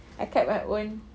I kept my own